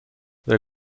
they